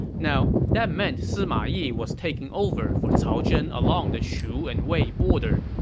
now, that meant sima yi was taking over for cao zhen along the shu and wei border.